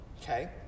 Okay